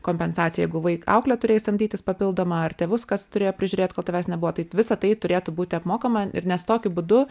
kompensacija jeigu vaik auklė turėjai samdytis papildomą ar tėvus kas turėjo prižiūrėt kol tavęs nebuvo tai visą tai turėtų būti apmokama ir nes tokiu būdu